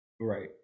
Right